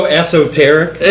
esoteric